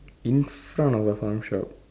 in front of the farm shop